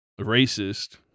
racist